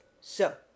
So